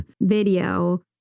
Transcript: video